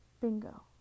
Bingo